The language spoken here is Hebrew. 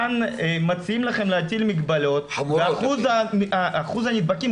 כאן מציעים לכם להטיל מגבלות ואחוז הנדבקים,